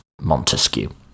Montesquieu